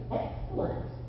excellent